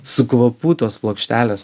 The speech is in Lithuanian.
su kvapu tos plokštelės